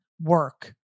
work